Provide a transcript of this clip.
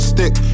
Stick